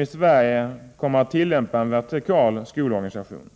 i Sverige som kommer att tillämpa en vertikal skolorganisation.